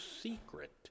secret